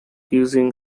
using